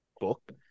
book